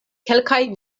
kelkaj